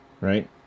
right